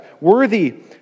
worthy